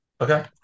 okay